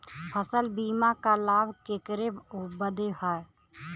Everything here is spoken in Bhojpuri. फसल बीमा क लाभ केकरे बदे ह?